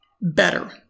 better